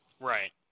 Right